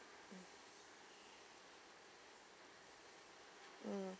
mm